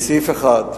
לסעיף 1,